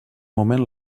moment